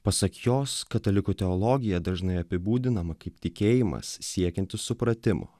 pasak jos katalikų teologija dažnai apibūdinama kaip tikėjimas siekiantis supratimo